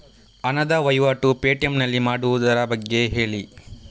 ಹಣದ ವಹಿವಾಟು ಪೇ.ಟಿ.ಎಂ ನಲ್ಲಿ ಮಾಡುವುದರ ಬಗ್ಗೆ ಹೇಳಿ